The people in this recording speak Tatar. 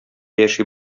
яши